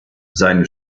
seine